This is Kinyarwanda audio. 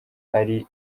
ari